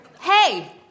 Hey